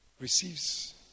receives